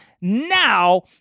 now